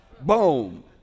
Boom